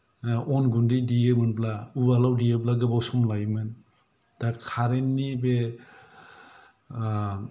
अन गुन्दै देयोमोनब्ला उवालाव देयोब्ला गोबाव सम लायोमोन दा कारेन्त नि बे